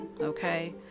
okay